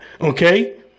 Okay